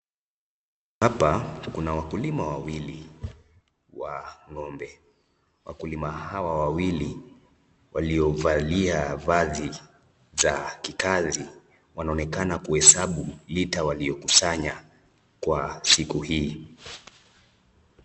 Hapa kuna wakulima wawili, wa ng'ombe. Wakulima hawa wawili waliovalia vazi za kikazi, wanaonekana kuhesabu lita waliokusanya siku hii.